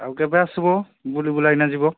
ଆଉ କେବେ ଆସିବ ବୁଲି ବୁଲାକିନା ଯିବ